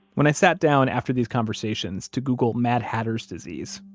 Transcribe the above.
when i sat down after these conversations to google mad hatter's disease,